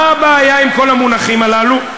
מה הבעיה עם כל המונחים הללו?